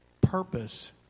purpose